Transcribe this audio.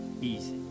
easy